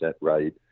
right